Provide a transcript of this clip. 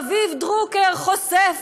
רביב דרוקר חושף,